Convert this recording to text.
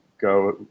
go